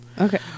Okay